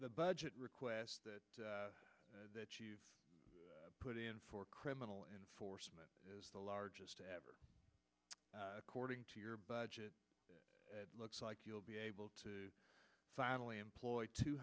the budget request that you put in for criminal enforcement is the largest ever according to your budget it looks like you'll be able to finally employ two